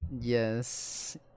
Yes